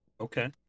Okay